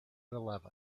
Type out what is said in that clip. eleven